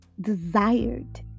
desired